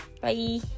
Bye